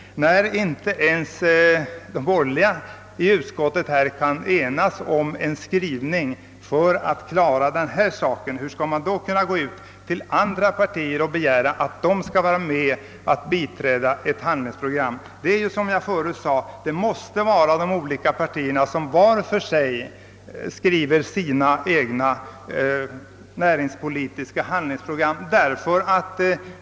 När inte ens de borger liga i bankoutskottet kan enas om en skrivning i denna fråga, hur skall man då kunna begära att andra partier skall biträda ett förslag till sådant handlingsprogram? Som jag förut sade måste de olika partierna var för sig skriva sina egna näringspolitiska handlingsprogram.